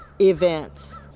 events